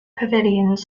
pavilions